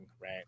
right